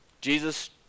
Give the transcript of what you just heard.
Jesus